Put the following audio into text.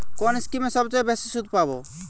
কোন স্কিমে সবচেয়ে বেশি সুদ পাব?